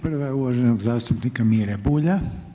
Prva je uvaženog zastupnika Mire Bulja.